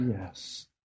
Yes